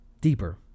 deeper